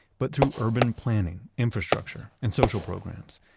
but through urban planning, infrastructure, and social programs.